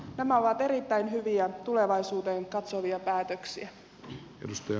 nämä ovat erittäin hyviä tulevaisuuteen katsovia päätöksiä